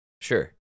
Sure